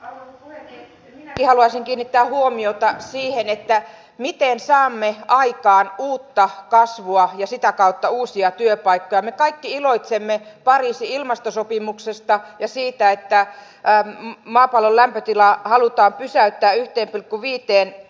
pekka karjalaisen kiinnittää huomiota siihen että miten saamme aikaan uutta kasvua ja sitä kautta uusia työpaikkoja ne kaikki iloitsemme pariisin ilmastosopimuksesta ja siitä että maapallon lämpötilaa halutaan pysäyttää ja kuvittelee